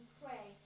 pray